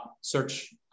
search